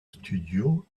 studio